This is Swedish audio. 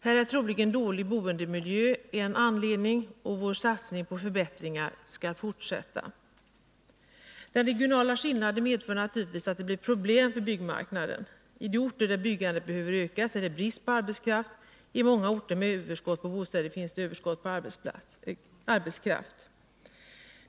Här är troligen dålig boendemiljö en anledning, och vår satsning på förbättringar skall därför fortsätta. Den regionala skillnaden medför naturligtvis att det blir problem för byggmarknaden. I de orter där byggandet behöver ökas är det brist på arbetskraft. I många orter med överskott på bostäder finns det överskott på arbetskraft.